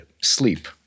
sleep